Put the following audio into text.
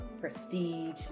prestige